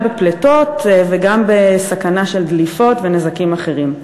גם בפליטות וגם בסכנה של דליפות ונזקים אחרים.